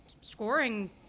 scoring